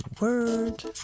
word